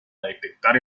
detectar